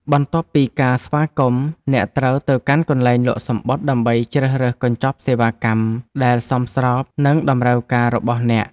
បន្ទាប់ពីការស្វាគមន៍ អ្នកត្រូវទៅកាន់កន្លែងលក់សំបុត្រ ដើម្បីជ្រើសរើសកញ្ចប់សេវាកម្មដែលសមស្របនឹងតម្រូវការរបស់អ្នក។